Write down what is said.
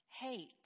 Hate